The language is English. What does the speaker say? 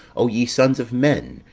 o ye sons of men,